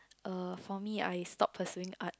uh for me I stop pursuing Art